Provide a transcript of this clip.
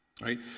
right